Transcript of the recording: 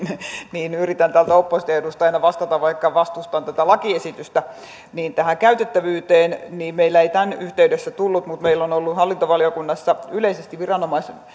niin yritän täältä opposition edustajana vastata vaikka vastustan tätä lakiesitystä tähän käytettävyyteen meillä ei tämän yhteydessä tullut esiin mutta meillä on ollut hallintovaliokunnassa yleisesti viranomaisten